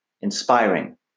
Inspiring